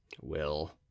will